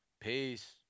Peace